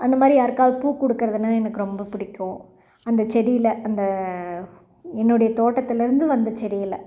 அந்த மாதிரி யாருக்காவது பூ கொடுக்கறதுனா எனக்கு ரொம்ப பிடிக்கும் அந்த செடியில் அந்த என்னுடய தோட்டத்தில் இருந்து வந்து செடியில்